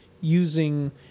using